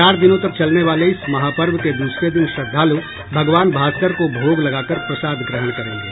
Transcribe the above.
चार दिनों तक चलने वाले इस महापर्व के दूसरे दिन श्रद्धालु भगवान भास्कर को भोग लगाकर प्रसाद ग्रहण करेंगे